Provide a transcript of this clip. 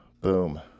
Boom